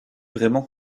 vraiment